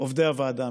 עובדי הוועדה,